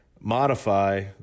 modify